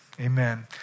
Amen